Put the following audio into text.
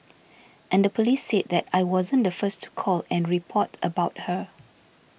and the police said that I wasn't the first to call and report about her